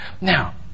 Now